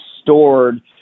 stored